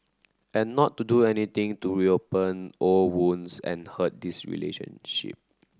and not to do anything to reopen old wounds and hurt this relationship